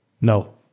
No